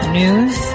news